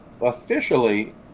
officially